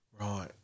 Right